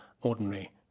ordinary